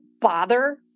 bother